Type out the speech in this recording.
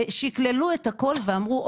שקללו את הכול ואמרו,